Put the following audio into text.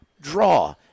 draw